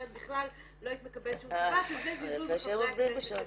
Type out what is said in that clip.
אחרת בכלל לא היית מקבלת שום תשובה כי זה זלזול בחברי הכנסת לצערנו.